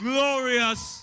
Glorious